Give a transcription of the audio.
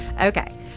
Okay